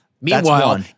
Meanwhile